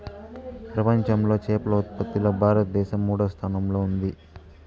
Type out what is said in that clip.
ప్రపంచంలో చేపల ఉత్పత్తిలో భారతదేశం మూడవ స్థానంలో ఉంది